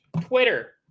Twitter